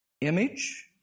image